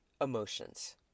emotions